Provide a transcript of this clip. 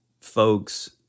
folks